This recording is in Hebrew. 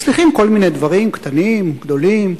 מצליחים כל מיני דברים קטנים, גדולים.